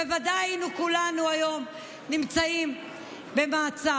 בוודאי היינו כולנו היום נמצאים במעצר.